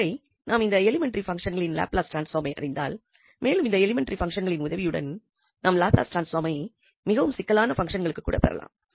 ஒரு முறை நாம் இந்த எலிமெண்டரி பங்சன்களின் லப்லஸ் டிரான்ஸ்பாமை அறிந்தால் மேலும் இந்த எலிமெண்டரி பங்சன்களின் உதவியுடன் நாம் லாப்லஸ் டிரான்ஸ்பாமை மிகவும் சிக்கலான பங்சன்களுக்கு கூட பெறலாம்